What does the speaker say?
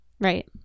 Right